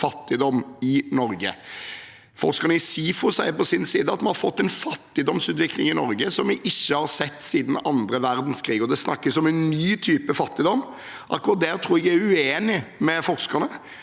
fattigdom i Norge. Forskerne i SIFO sier på sin side at vi har fått en fattigdomsutvikling i Norge som vi ikke har sett siden andre verdenskrig, og det snakkes om en ny type fattigdom. Akkurat der tror jeg jeg er uenig med forskerne.